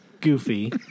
Goofy